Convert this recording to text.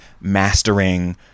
mastering